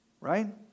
Right